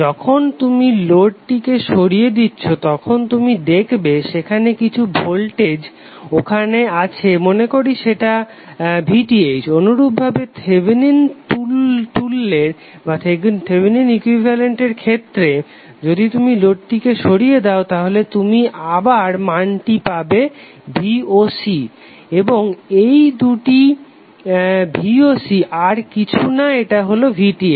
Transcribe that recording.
যখন তুমি লোডটিকে সরিয়ে দিচ্ছো তখন তুমি দেখবে সেখানে কিছু ভোল্টেজ ওখানে আছে মনে করি সেটা VTh অনুরূপভাবে থেভেনিন তুল্যের ক্ষেত্রে যদি তুমি লোডটিকে সরিয়ে দাও তাহলে তুমি আবার মানটি পাবে voc এবং এই দুটি voc আর কিছু না এটা হলো VTh